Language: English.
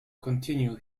continue